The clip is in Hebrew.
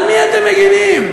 על מי אתם מגינים,